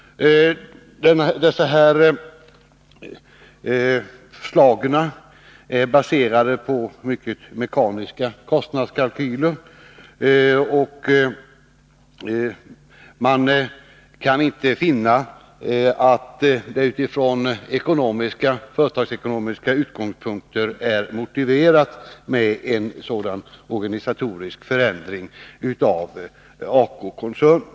Dessa förslag är baserade på mycket mekaniska kostnadskalkyler. Jag kan inte finna att det utifrån företagsekonomiska utgångspunkter är motiverat med en sådan organisatorisk förändring av ACO-koncernen.